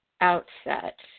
outset